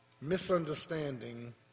misunderstanding